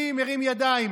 אני מרים ידיים.